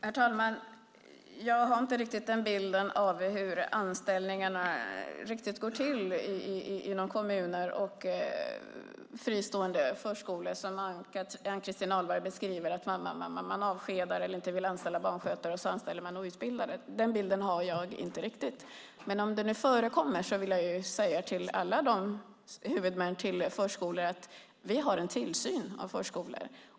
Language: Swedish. Herr talman! Jag har inte riktigt den bild som Ann-Christin Ahlberg beskriver av hur anställningarna går till inom kommunerna och beträffande fristående friskolor - att man avskedar eller inte vill anställa barnskötare och sedan anställer outbildade. Den bilden har jag inte riktigt. Men om det förekommer vill jag säga till alla huvudmän till förskolor: Vi har en tillsyn av förskolor.